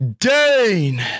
Dane